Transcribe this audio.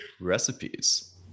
recipes